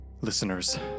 Listeners